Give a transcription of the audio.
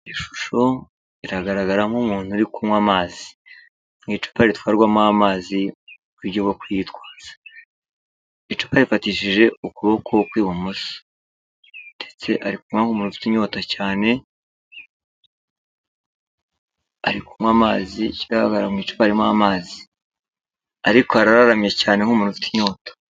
Ishusho iragaragaramo umuntu uri kunywa amazi, ni icupa ritwarwamo amazi mu buryo bwo kuyitwaza. Icupa yarifatishije ukuboko kw'ibumoso, ndetse ari kunywa nk'umuntu ufite inyota cyane, ari kunywa amazi. Icyigaragara mu icupa harimo amazi, ariko arararamye cyane nk'umuntu ufite inyota.